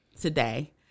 today